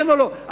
כן או לא.